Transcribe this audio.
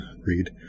read